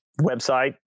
website